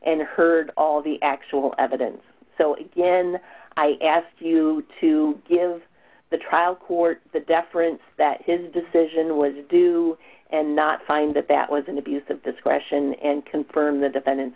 and heard all the actual evidence so when i asked you to give the trial court the deference that his decision was to do and not find that that was an abuse of discretion and confirm the defendant's